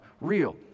real